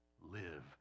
live